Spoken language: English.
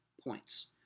points